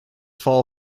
fall